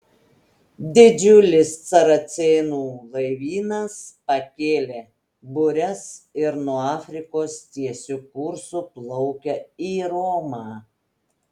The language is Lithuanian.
didžiulis saracėnų laivynas pakėlė bures ir nuo afrikos tiesiu kursu plaukia į romą